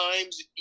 times